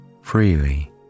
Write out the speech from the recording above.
freely